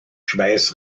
schweiß